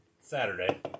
Saturday